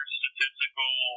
statistical